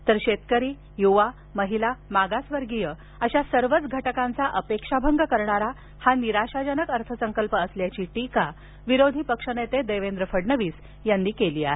तर शेतकरी युवा महिला मागासवर्गीय अशा सर्वच घटकांचा अपेक्षाभंग करणारा हा निराशाजनक अर्थसंकल्प असल्याची टीका विरोधी पक्षनेते देवेंद्र फडणवीस यांनी केली आहे